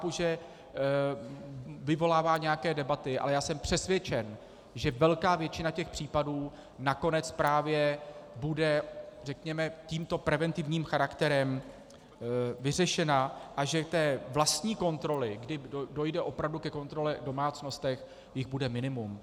Chápu, že vyvolává nějaké debaty, ale jsem přesvědčen, že velká většina těch případů nakonec právě bude tímto preventivním charakterem vyřešena a že té vlastní kontroly, kdy dojde opravdu ke kontrole v domácnostech, jich bude minimum.